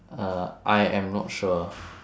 uh I am not sure